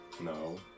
No